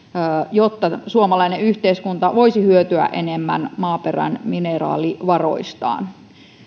jotta suomalainen yhteiskunta voisi hyötyä enemmän maaperän mineraalivaroistaan